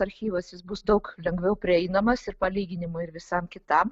archyvas jis bus daug lengviau prieinamas ir palyginimui ir visam kitam